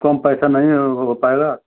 कम पैसा नहीं हो पाएगा